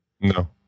No